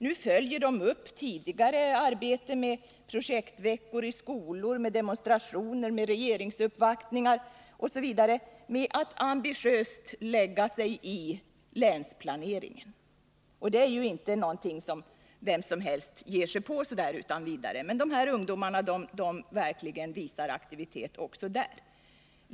Nu följer man upp tidigare arbete — projektveckor i skolor, demonstrationer, regeringsuppvaktningar m.m. — med att ambitiöst lägga sig i länsplaneringen. Det är ju inte någonting som vem som helst utan vidare ger sig på. Men de här ungdomarna visar verkligen aktivitet också på det området.